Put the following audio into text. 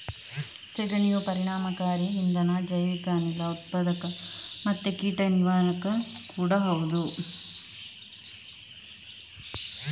ಸೆಗಣಿಯು ಪರಿಣಾಮಕಾರಿ ಇಂಧನ, ಜೈವಿಕ ಅನಿಲ ಉತ್ಪಾದಕ ಮತ್ತೆ ಕೀಟ ನಿವಾರಕ ಕೂಡಾ ಹೌದು